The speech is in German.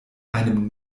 einem